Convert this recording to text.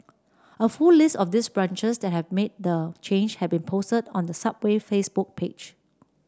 a full list of these branches that have made the change has been posted on the Subway Facebook page